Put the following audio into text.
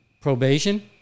probation